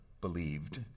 believed